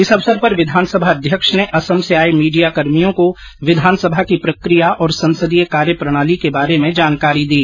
इस अवसर पर विधानसभा अध्यक्ष ने असम से आए मीडियाकर्मियों को विधानसभा की प्रक्रिया और संसदीय कार्य प्रणाली के बारे में जानकारी दी